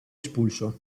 espulso